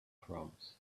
proms